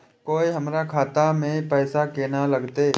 कोय हमरा खाता में पैसा केना लगते?